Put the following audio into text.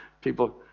people